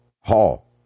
Hall